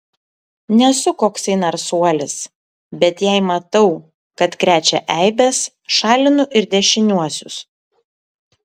nesu koksai narsuolis bet jei matau kad krečia eibes šalinu ir dešiniuosius